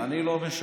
אני לא משקר.